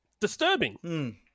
disturbing